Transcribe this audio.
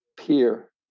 Peer